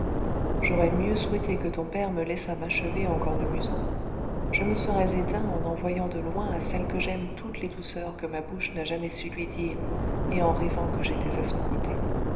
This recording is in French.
j'aurais mieux souhaité que ton père me laissât m'achever en cornemusant je me serais éteint en envoyant de loin à celle que j'aime toutes les douceurs que ma bouche n'a jamais su lui dire et en rêvant que j'étais à son côté